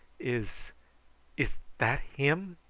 is is that him?